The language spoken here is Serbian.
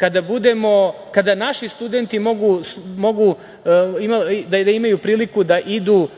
međusobno, kada naši studenti mogu da imaju priliku da idu